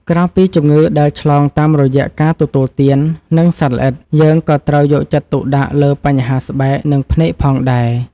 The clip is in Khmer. ក្រៅពីជំងឺដែលឆ្លងតាមរយៈការទទួលទាន និងសត្វល្អិត យើងក៏ត្រូវយកចិត្តទុកដាក់លើបញ្ហាស្បែក និងភ្នែកផងដែរ។